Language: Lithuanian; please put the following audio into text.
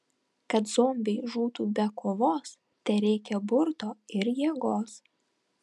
kad zombiai žūtų be kovos tereikia burto ir jėgos